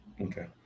Okay